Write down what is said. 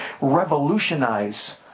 revolutionize